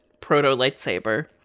proto-lightsaber